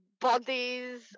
bodies